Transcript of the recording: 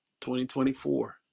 2024